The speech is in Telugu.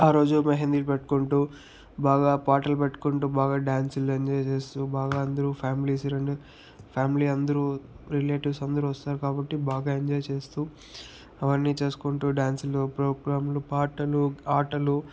ఆ రోజు మెహందీ పెట్టుకుంటూ బాగా పాటలు పెట్టుకుంటూ బాగా డ్యాన్సులు ఎంజాయ్ చేస్తూ బాగా అందరూ ఫ్యామిలీస్ ఫ్యామిలీ అందరూ రిలేటివ్స్ అందరూ వస్తారు కాబట్టి బాగా ఎంజాయ్ చేస్తూ అవన్నీ చేసుకుంటూ డ్యాన్సులు ప్రోగ్రాములు పాటలు ఆటలు